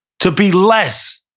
to be less,